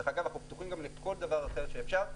אגב, אנחנו פתוחים גם לכל דבר אחר שאפשר.